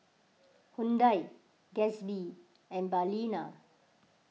Hyundai Gatsby and Balina